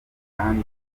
kandi